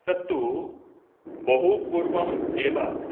तत्तु बहु पूर्वम् एव